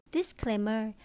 Disclaimer